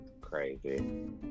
Crazy